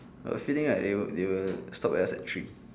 I got a feeling right they will they will stop at us at three